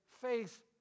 faith